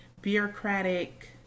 bureaucratic